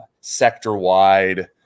sector-wide